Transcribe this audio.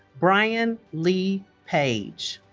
briana leigh page